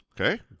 Okay